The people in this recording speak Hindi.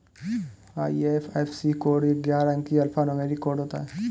आई.एफ.एस.सी कोड एक ग्यारह अंकीय अल्फा न्यूमेरिक कोड है